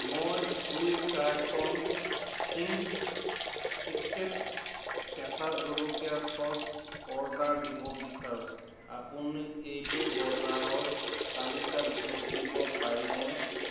মই দুই carton Ching's secret কেঁচা জলকীয়াৰ চচ অৰ্ডাৰ দিব বিচাৰোঁ আপুনি এইটো বজাৰৰ তালিকাত যোগ দিব পাৰিবনে